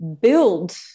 build